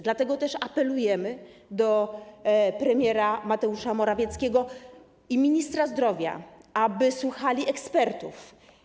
Dlatego też apelujemy do premiera Mateusza Morawieckiego i ministra zdrowia, aby słuchali ekspertów.